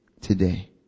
today